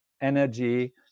energy